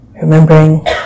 remembering